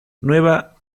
nueva